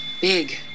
big